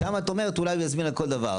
שם את אומרת שאולי הוא יזמין על כל דבר.